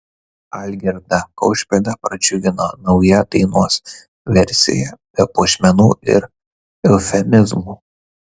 algirdą kaušpėdą pradžiugino nauja dainos versija be puošmenų ir eufemizmų